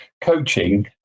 coaching